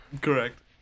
correct